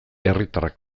herriatarrak